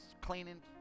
cleaning